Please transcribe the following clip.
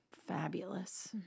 Fabulous